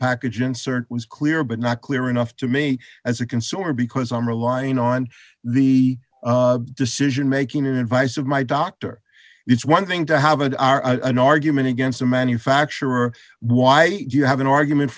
package insert was clear but not clear enough to me as a consumer because i'm relying on the decision making advice of my doctor it's one thing to have an an argument against a manufacturer why do you have an argument